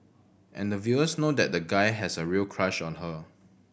and the viewers know that the guy has a real crush on her